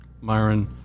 Myron